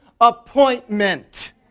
appointment